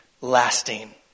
lasting